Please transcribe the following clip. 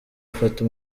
afata